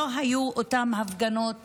לא היו אותן הפגנות